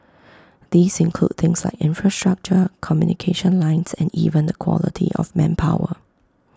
these include things like infrastructure communication lines and even the quality of manpower